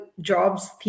jobs